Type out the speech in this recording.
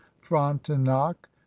frontenac